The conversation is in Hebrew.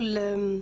כל זה